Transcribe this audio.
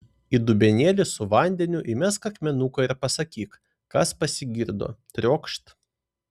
į dubenėlį su vandeniu įmesk akmenuką ir pasakyk kas pasigirdo triokšt